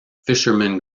fishermen